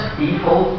people